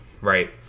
right